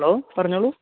hello പറഞ്ഞോളു